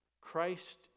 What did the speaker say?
Christ